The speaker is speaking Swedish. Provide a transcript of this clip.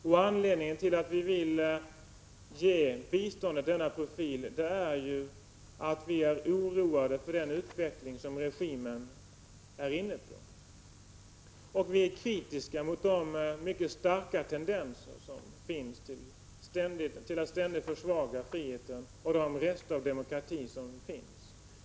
Orsaken till att vi vill ge biståndet denna profil är att vi är oroade för den utveckling som regimen är inne på. Vi är kritiska mot de mycket starka tendenserna till att ständigt försvaga friheten och de rester av demokrati som finns.